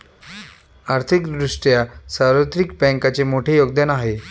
आर्थिक दृष्ट्या सार्वत्रिक बँकांचे मोठे योगदान आहे